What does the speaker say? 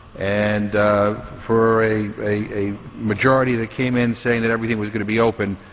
and for a a majority that came in saying that everything was going to be open,